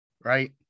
Right